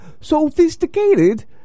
sophisticated